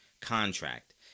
contract